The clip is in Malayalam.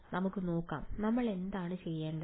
നമുക്ക് നോക്കാം നമ്മൾ എന്താണ് ചെയ്യേണ്ടത്